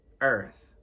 Earth